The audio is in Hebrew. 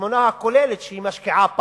ובתמונה הכוללת, היא משקיעה פחות.